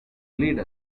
lead